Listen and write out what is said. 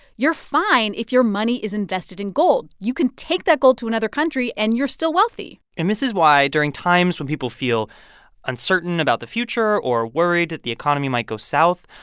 you're fine if your money is invested in gold. you can take that gold to another country, and you're still wealthy and this is why, during times when people feel uncertain about the future or worried that the economy might go south,